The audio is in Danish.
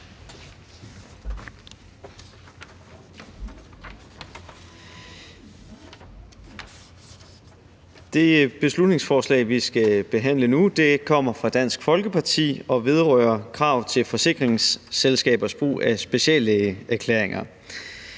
Det beslutningsforslag, vi skal behandle nu, kommer fra Dansk Folkeparti og vedrører krav til forsikringsselskabers brug af speciallægeerklæringer.